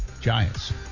Giants